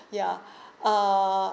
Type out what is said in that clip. ya uh